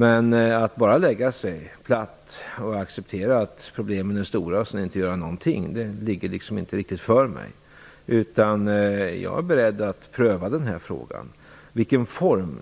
Men att bara lägga sig platt och acceptera att problemen är stora och sedan inte göra någonting ligger inte riktigt för mig, utan jag är beredd att pröva den här frågan. Vilken form